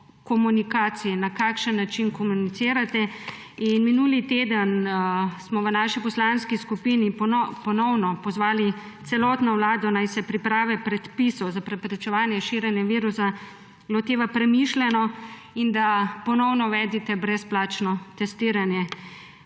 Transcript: komunikaciji, na kakšen način komunicirate. Minuli teden smo v naši poslanski skupini ponovno pozvali celotno vlado, naj se priprave predpisov za preprečevanje širjenja virusa loteva premišljeno in da ponovno uvedite brezplačno testiranje,